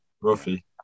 roughly